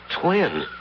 Twin